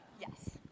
Yes